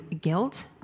guilt